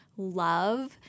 love